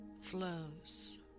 flows